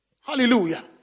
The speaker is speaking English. Hallelujah